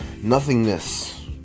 nothingness